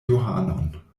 johanon